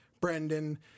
Brendan